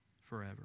forever